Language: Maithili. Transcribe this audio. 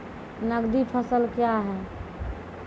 नगदी फसल क्या हैं?